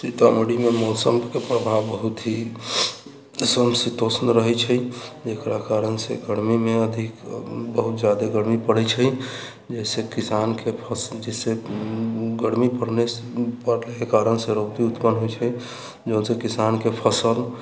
सीतामढ़ीमे मौसमके प्रभाव बहुत हि समशीतोष्ण रहै छै जेकरा कारणसँ गरमीमे अधिक बहुत जादा गरमी पड़ै छै जाहिसँ किसानके फसल जाहिसे गरमी पड़नेसँ गरमी पड़ैके कारणसँ रौदि उत्पन्न होइ छै जौनसँ किसानके फसल